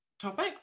Topic